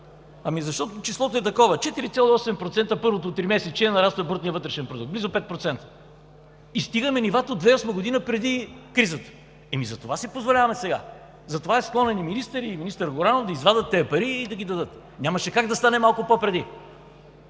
Защото числото е такова – 4,8% в първото тримесечие нараства брутният вътрешен продукт, близо 5%, и стигаме нивата от 2008 г. преди кризата. Затова си позволяваме сега. Затова е склонен министърът и министър Горанов да извадят тези пари и да ги дадат. Нямаше как да стане малко по-преди!